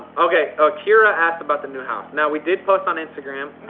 um okay ah kiera asked about the new house. now we did post on instagram.